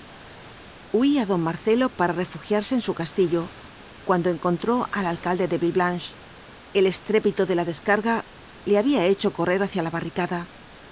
invasión huía don marcelo para refugiarse en su castillo cuando encontró al alcalde de villeblanche el estrépito de la descarg a le había hecho correr hacia la barricada